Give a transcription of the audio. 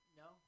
no